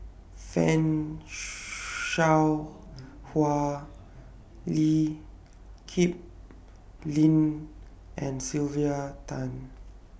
fan Shao Hua Lee Kip Lin and Sylvia Tan